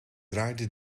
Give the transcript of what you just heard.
draaide